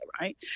right